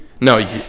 No